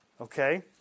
Okay